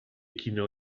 chinò